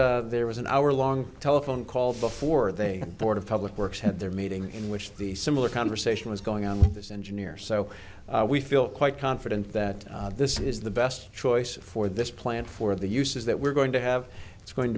that there was an hour long telephone call before they board of public works had their meeting in which the similar conversation was going on with this engineer so we feel quite confident that this is the best choice for this plant for the uses that we're going to have it's going